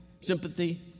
sympathy